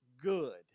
good